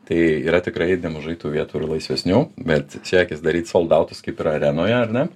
tai yra tikrai nemažai tų vietų ir laisvesnių bet siekis daryt soldautus kaip ir arenoje ar ne